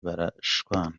barashwana